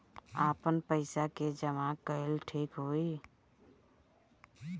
आपन पईसा के जमा कईल ठीक होई?